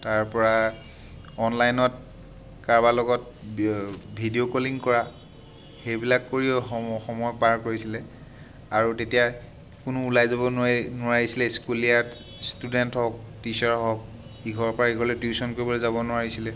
তাৰ পৰা অনলাইনত কৰোৰবাৰ লগত ভিডিঅ' কলিং কৰা সেইবিলাক কৰিও সময় সময় পাৰ কৰিছিলে আৰু তেতিয়া কোনো ওলাই যাব নোৱাৰি নোৱাৰিছিলে স্কুলীয়াত ষ্টুডেণ্ট হওক টিছাৰ হওক ইঘৰৰ পৰা সিঘৰলৈ টিউছন কৰিব যাব নোৱাৰিছিলে